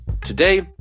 Today